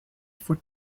for